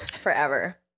Forever